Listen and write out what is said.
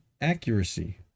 accuracy